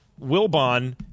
Wilbon